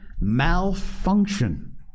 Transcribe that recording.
malfunction